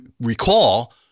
recall